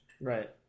Right